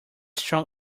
strong